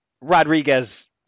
Rodriguez